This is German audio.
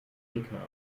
gegners